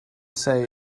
say